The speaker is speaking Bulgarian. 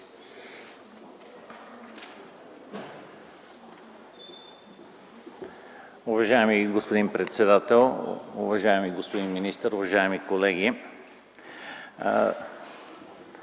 Уважаеми господин председател, уважаеми господин министър, уважаеми колеги!